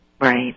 Right